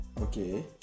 Okay